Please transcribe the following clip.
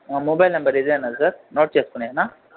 mobile number ఇదేనా sir note చేసుకునేనా